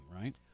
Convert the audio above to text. right